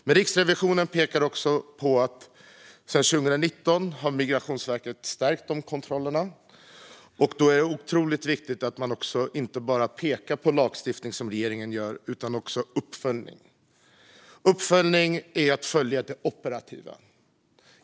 Men Riksrevisionen pekar också på att Migrationsverket sedan 2019 har stärkt de kontrollerna, och då är det otroligt viktigt att man inte bara pekar på lagstiftning som regeringen gör utan också följer upp. Uppföljning är att följa det operativa.